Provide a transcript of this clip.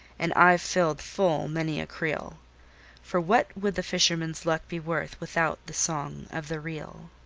and i've filled full many a creel for what would the fisherman's luck be worth without the song of the reel?